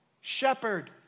Shepherd